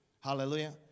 Hallelujah